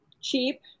cheap